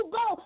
go